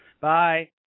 Bye